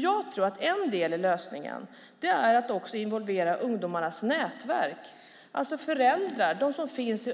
Jag tror att en del i lösningen är att involvera ungdomarnas nätverk, det vill säga föräldrar, de som finns i